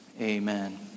amen